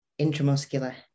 intramuscular